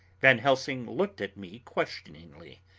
van helsing looked at me questioningly.